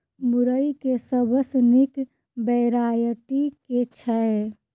मुरई केँ सबसँ निक वैरायटी केँ छै?